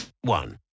one